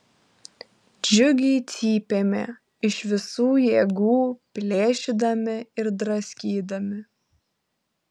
džiugiai cypėme iš visų jėgų plėšydami ir draskydami